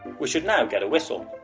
we should now get a whistle.